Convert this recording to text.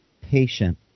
patient